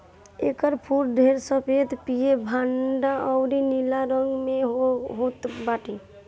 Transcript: एकर फूल ढेर सफ़ेद, पियर, भंटा अउरी नीला रंग में होत बाटे